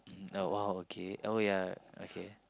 mm !wow! okay oh yeah okay